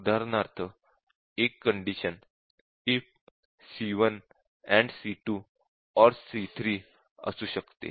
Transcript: उदाहरणार्थ एक condition if c1 AND c2 OR c3 असू शकते